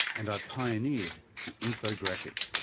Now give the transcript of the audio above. and i pioneered the infographic.